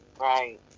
Right